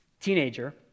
teenager